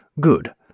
Good